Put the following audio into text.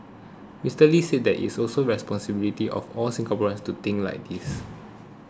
Mister Lee said that it is also the responsibility of all Singaporeans to think like this